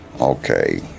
Okay